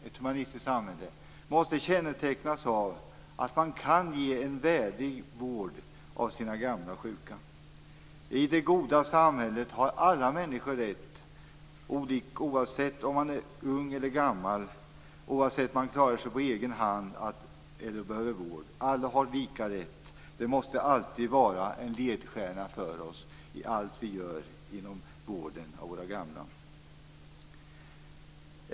Ett humanistiskt samhälle måste kännetecknas av att man kan ge sina gamla och sjuka en värdig vård. I det goda samhället har alla människor lika rätt, oavsett om man är ung eller gammal, om man klarar sig på egen hand eller behöver vård. Detta måste alltid vara en ledstjärna för oss i allt vi gör inom vården av våra gamla.